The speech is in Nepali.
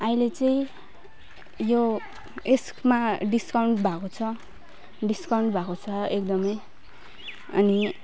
अहिले चाहिँ यो यसमा डिसकाउन्ट भएको छ डिसकाउन्ट भएको छ एकदम अनि